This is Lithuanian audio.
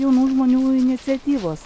jaunų žmonių iniciatyvos